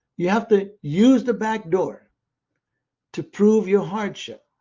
you have to use the back door to prove your hardship.